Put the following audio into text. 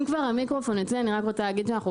אם כבר המיקרופון אצלי אני רוצה להגיד שאנחנו